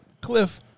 Cliff